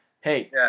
hey